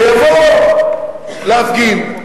ויבואו להפגין.